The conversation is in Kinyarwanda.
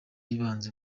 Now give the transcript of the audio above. yibanze